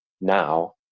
now